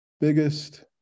Biggest